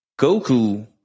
Goku